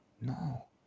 No